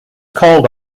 called